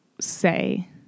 say